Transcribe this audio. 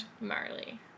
Marley